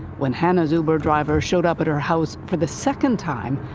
when hannah's uber driver showed up at her house for the second time,